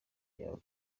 yabo